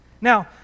Now